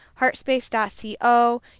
heartspace.co